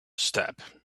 step